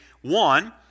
One